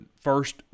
first